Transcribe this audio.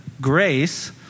grace—